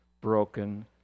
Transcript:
broken